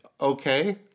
okay